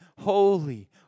holy